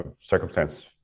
circumstance